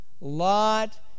Lot